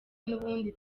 n’ubundi